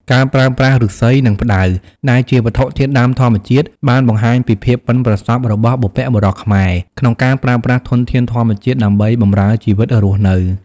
ការប្រើប្រាស់ឫស្សី និងផ្តៅដែលជាវត្ថុធាតុដើមធម្មជាតិបានបង្ហាញពីភាពប៉ិនប្រសប់របស់បុព្វបុរសខ្មែរក្នុងការប្រើប្រាស់ធនធានធម្មជាតិដើម្បីបម្រើជីវិតរស់នៅ។